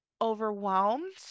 overwhelmed